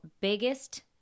biggest